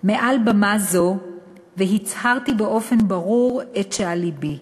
מעל במה זו והצהרתי באופן ברור את שעל לבי.